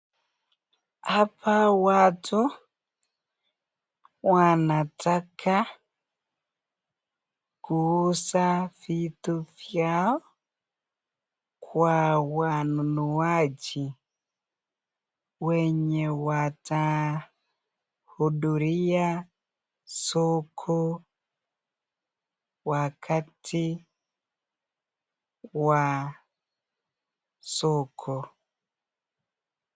Hapa watu wanataka kuuza viitu vyao kwa wanunuaji wenye watahudhuria soko wakati wa soko.